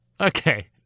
okay